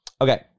Okay